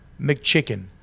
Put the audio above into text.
McChicken